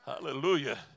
Hallelujah